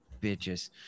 bitches